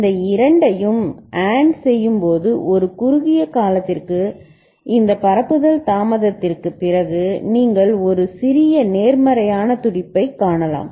இந்த இரண்டையும்AND செய்யும்போது ஒரு குறுகிய காலத்திற்கு இந்த பரப்புதல் தாமதத்திற்குப் பிறகு நீங்கள் ஒரு சிறிய நேர்மறையான துடிப்பைக் காணலாம்